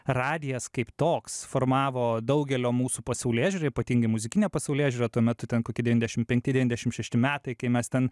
radijas kaip toks formavo daugelio mūsų pasaulėžiūrą ypatingai muzikinę pasaulėžiūrą tuo metu ten koki devyniasdešim penkti devyniasdešim šešti metai kai mes ten